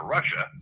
Russia